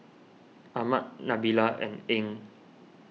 Ahmad Nabila and Ain